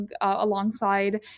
alongside